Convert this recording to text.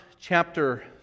chapter